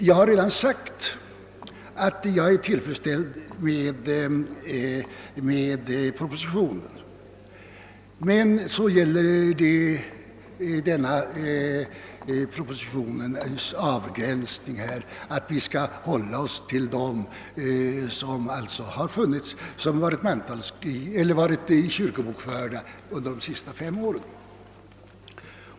Jag har redan sagt att jag är till freds med propositionen, men när den gör avgränsningar och säger att vi skall förbehålla rösträtten till dem som varit kyrkobokförda under de senaste fem åren, då är jag inte med på noterna.